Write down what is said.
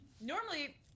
normally